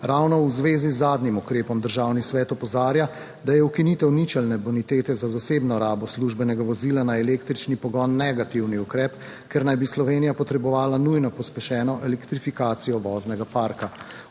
Ravno v zvezi z zadnjim ukrepom Državni svet opozarja, da je ukinitev ničelne bonitete za zasebno rabo službenega vozila na električni pogon negativni ukrep, ker naj bi Slovenija potrebovala nujno pospešeno elektrifikacijo voznega parka.